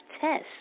test